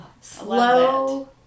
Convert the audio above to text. slow